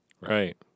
Right